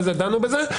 דנו בזה.